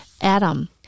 Adam